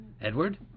Edward